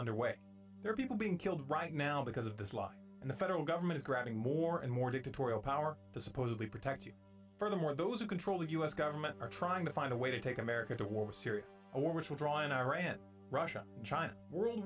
underway there are people being killed right now because of this line and the federal government grabbing more and more dictatorial power to supposedly protect you from them or those who control the u s government or trying to find a way to take america to war with syria or which will draw in iran russia china world